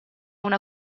una